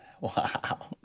Wow